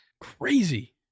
Crazy